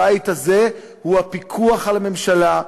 הבית הזה הוא הפיקוח על הממשלה,